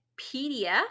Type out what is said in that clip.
PDF